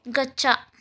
गच्छ